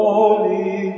Holy